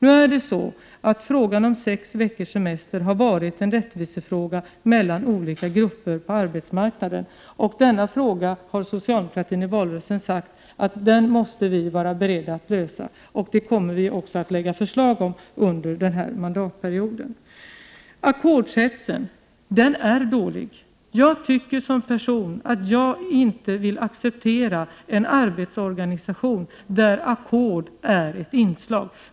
Men frågan om sex veckors semester har varit en rättvisefråga för olika grupper på arbetsmarknaden, och denna fråga har socialdemokratin i valrörelsen sagt att vi måste vara beredda att lösa. Vi kommer också att lägga fram förslag om detta under mandatperioden. Ackordshetsen är något dåligt. Jag tycker som person att jag inte vill acceptera en arbetsorganisation där ackord är ett inslag.